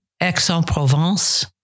Aix-en-Provence